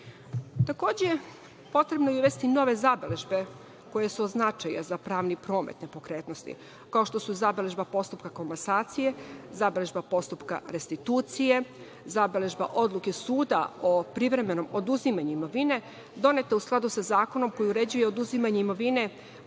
potrebno je uvesti nove zabeležbe koje su od značaja za pravni promet nepokretnosti, kao što su zabeležba postupka komasacije, zabeležba postupka restitucije, zabeležba odluke suda o privremenom oduzimanju imovine doneta u skladu sa zakonom koji uređuje oduzimanje imovine